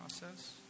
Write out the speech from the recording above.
process